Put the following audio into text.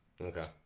Okay